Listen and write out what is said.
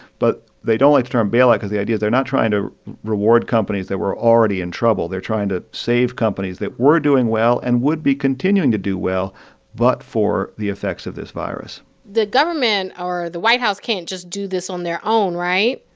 but they don't like the term bailout because the idea is they're not trying to reward companies that were already in trouble. they're trying to save companies that were doing well and would be continuing to do well but for the effects of this virus the government or the white house can't just do this on their own, right?